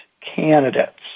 candidates